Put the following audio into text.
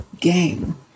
game